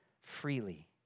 freely